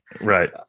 right